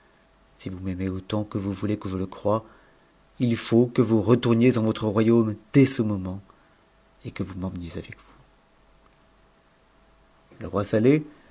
si vous m'aitucx autant que vous voulez que je le croie il faut que vous retourniez en vntn royaume dès ce moment et que vous m'emmeniez avec vous